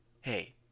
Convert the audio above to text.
Hey